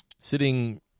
Sitting